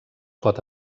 pot